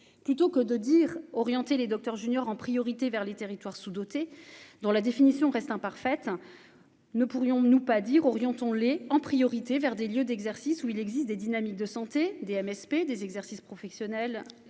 plutôt que de dire, orienter les docteurs juniors en priorité vers les territoires sous dotés dont la définition reste imparfaite, ne pourrions-nous pas dire orientons les en priorité vers des lieux d'exercice où il existe des dynamiques de santé Des MSP des exercices professionnels